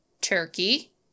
Turkey